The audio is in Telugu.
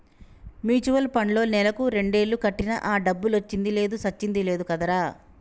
మ్యూచువల్ పండ్లో నెలకు రెండేలు కట్టినా ఆ డబ్బులొచ్చింది లేదు సచ్చింది లేదు కదరా